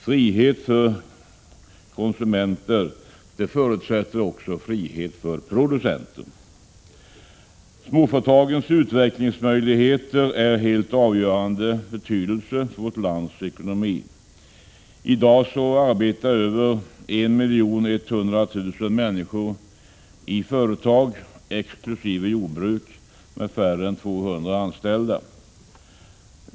Frihet för konsumenter förutsätter också frihet för producenter. Småföretagens utvecklingsmöjligheter är av helt avgörande betydelse för vårt lands ekonomi. I dag arbetar över 1 100 000 människor i företag, exkl. jordbruk, med färre än 200 anställda.